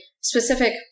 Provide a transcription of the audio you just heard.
specific